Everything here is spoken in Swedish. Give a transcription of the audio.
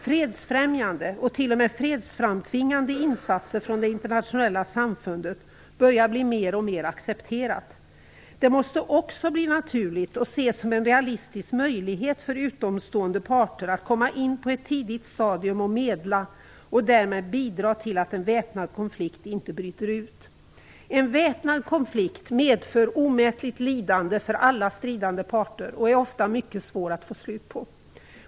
Fredsfrämjande och t.o.m. fredsframtvingade insatser från det internationella samfundet börjar bli mer och mer accepterade. Det måste också bli naturligt och ses som en realistisk möjlighet för utomstående parter att komma in på ett tidigt stadium och medla och därmed bidra till att en väpnad konflikt inte bryter ut. En väpnad konflikt medför omätligt lidande för alla stridande parter och är ofta mycket svår att få slut på.